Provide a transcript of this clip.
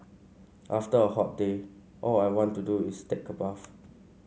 after a hot day all I want to do is take a bath